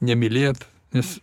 nemylėt nes